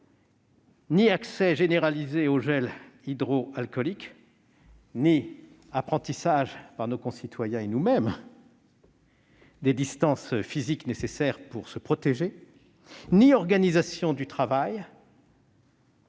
ni accès généralisé aux gels hydroalcooliques, ni apprentissage par nos concitoyens- et nous-mêmes ! -des distances physiques nécessaires pour se protéger, ni organisation du travail, ni télétravail,